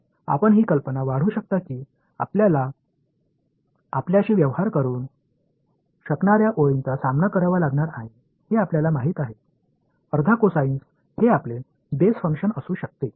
तर आपण ही कल्पना वाढवू शकता की आपल्याला आपल्याशी व्यवहार करू शकणार्या ओळींचा सामना करावा लागणार नाही हे आपल्याला माहित आहे अर्धा कोसाइन्स हे आपले बेस फंक्शन असू शकते